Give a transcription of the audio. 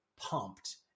pumped